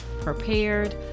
prepared